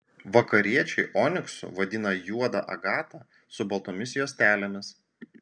vakariečiai oniksu vadina juodą agatą su baltomis juostelėmis